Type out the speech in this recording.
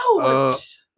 Ouch